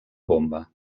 bomba